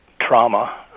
trauma